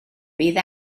bydd